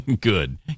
Good